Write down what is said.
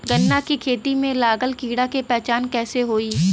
गन्ना के खेती में लागल कीड़ा के पहचान कैसे होयी?